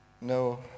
No